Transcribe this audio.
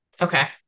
Okay